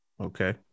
Okay